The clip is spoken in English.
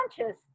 conscious